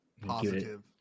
positive